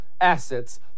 assets